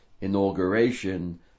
inauguration